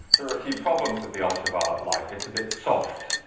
there are a few problems with the ultraviolet light. it's a bit soft.